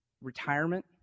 Retirement